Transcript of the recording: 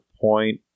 point